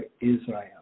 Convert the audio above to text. Israel